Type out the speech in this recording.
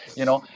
you know?